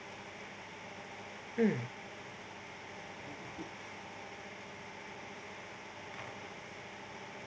mm mm